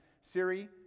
Siri